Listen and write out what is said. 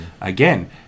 Again